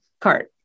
cart